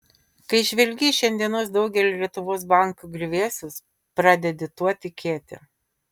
kai žvelgi į šiandienos daugelio lietuvos bankų griuvėsius pradedi tuo tikėti